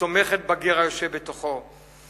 ותומכת בגר היושב בתוכו,